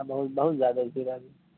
بہت بہت زیادہ بھیڑ ہے